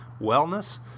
wellness